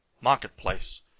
marketplace